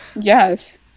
Yes